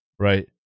right